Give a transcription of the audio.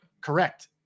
Correct